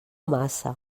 massa